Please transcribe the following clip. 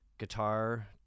Guitar